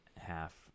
half